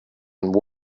and